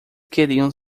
queriam